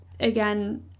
again